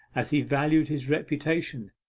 as he valued his reputation.